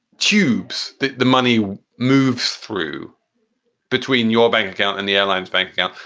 tubes, the the money moves through between your bank account and the airlines bank account.